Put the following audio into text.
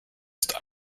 ist